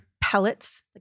pellets